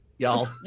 Y'all